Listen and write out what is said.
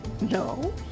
No